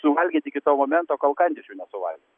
suvalgyt iki to momento kol kandys jų nesuvalgė